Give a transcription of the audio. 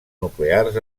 nuclears